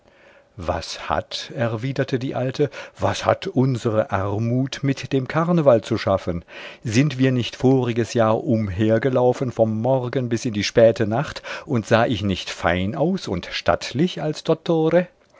was hat erwiderte die alte was hat unsere armut mit dem karneval zu schaffen sind wir nicht voriges jahr umhergelaufen vom morgen bis in die späte nacht und sah ich nicht fein aus und stattlich als dottore